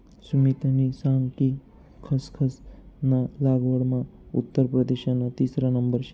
सुमितनी सांग कि खसखस ना लागवडमा उत्तर प्रदेशना तिसरा नंबर शे